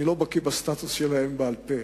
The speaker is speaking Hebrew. אני לא בקי בסטטוס שלהם בעל-פה.